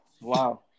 wow